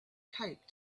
cape